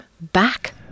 back